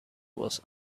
was